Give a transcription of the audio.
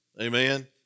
amen